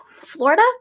Florida